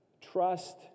Trust